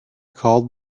called